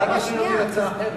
למה שלא תהיה הצעה אחרת?